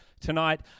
tonight